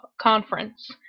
conference